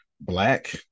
Black